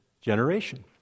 generation